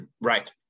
Right